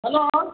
hello